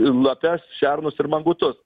lapes šernus ir mangutus